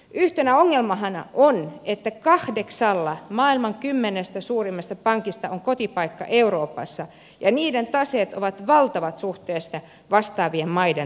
yhtenä ongelmana on että kahdeksalla maailman kymmenestä suurimmasta pankista on kotipaikka euroopassa ja niiden taseet ovat valtavat suhteessa vastaavien maiden talouksiin